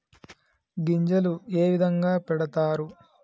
గింజలు ఏ విధంగా పెడతారు?